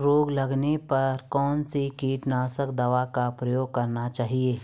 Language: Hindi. रोग लगने पर कौन सी कीटनाशक दवा का उपयोग करना चाहिए?